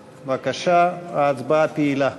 בבקשה, ההצבעה פעילה.